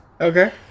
Okay